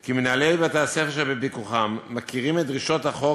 כי מנהלי בתי-הספר שבפיקוחם מכירים את דרישות החוק